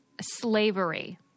slavery